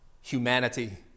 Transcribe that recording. humanity